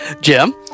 Jim